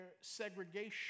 segregation